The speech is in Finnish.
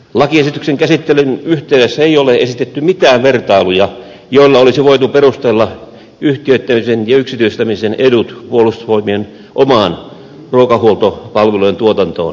lakiesityksen käsittelyn yhteydessä ei ole esitetty mitään vertailuja joilla olisi voitu perustella yhtiöittämisen ja yksityistämisen edut puolustusvoimien omaan ruokahuoltopalvelujen tuotantoon nähden